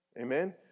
Amen